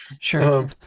sure